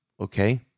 okay